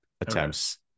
attempts